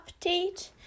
update